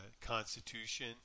Constitution